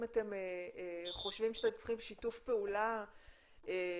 אתם חושבים שאתם צריכים שיתוף פעולה של,